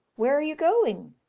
where are you going?